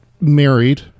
married